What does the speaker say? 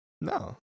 no